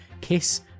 Kiss